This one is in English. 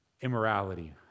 Immorality